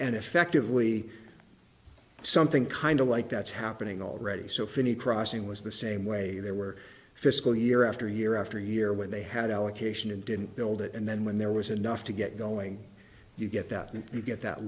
and effectively something kind of like that's happening already so phinney pricing was the same way they were fiscal year after year after year when they had allocation and didn't build it and then when there was enough to get going you get that and you get that